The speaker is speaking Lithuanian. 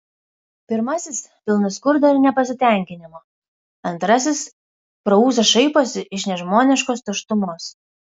pirmasis pilnas skurdo ir nepasitenkinimo antrasis pro ūsą šaiposi iš nežmoniškos tuštumos